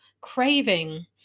craving